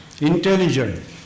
Intelligent